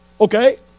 Okay